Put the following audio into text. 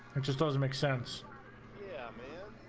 just does make sense yeah